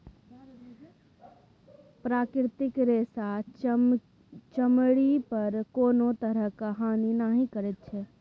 प्राकृतिक रेशा चमड़ी पर कोनो तरहक हानि नहि करैत छै